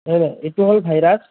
হয় এইটো হ'ল ভাইৰাছ